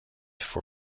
for